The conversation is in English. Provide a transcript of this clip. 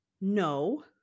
no